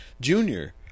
junior